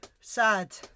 sad